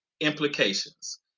implications